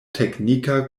teknika